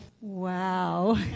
wow